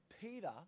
Peter